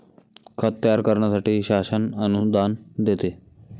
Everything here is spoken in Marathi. खत तयार करण्यासाठी शासन अनुदान देते